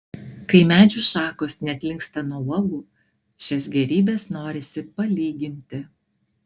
kai medžių šakos net linksta nuo uogų šias gėrybes norisi palyginti